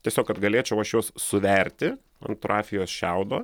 tiesiog kad galėčiau aš juos suverti ant rafijos šiaudo